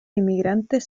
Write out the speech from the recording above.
inmigrantes